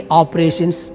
operations